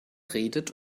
redet